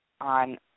on